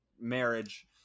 marriage